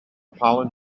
pollen